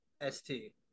S-T